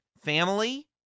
Family